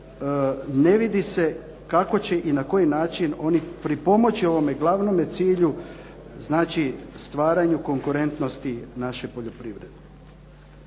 ne vidi se kako će i na koji način oni pripomoći ovome glavnome cilju, znači stvaranju konkurentnosti naše poljoprivrede.